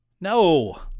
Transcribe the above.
No